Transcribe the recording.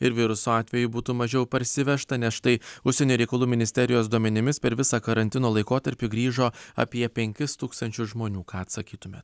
ir viruso atvejų būtų mažiau parsivežta nes štai užsienio reikalų ministerijos duomenimis per visą karantino laikotarpį grįžo apie penkis tūkstančius žmonių ką atsakytume